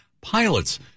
pilots